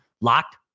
Locked